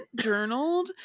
Journaled